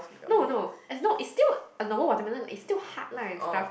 no no it's no is still a normal watermelon is still hard lah and stuff